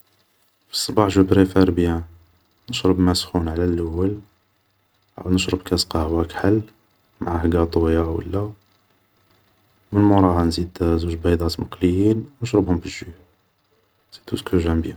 في الصباح جو بريفار بيان نشرب ما سخون على الأول, عاود نشرب كاس قهوة كحل معاه قاطوية و لا, من موراها نزيد زوج بيضات مقليين, نشربهم ب جو, سي تو سكو جام بيان